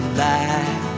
lie